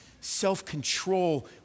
self-control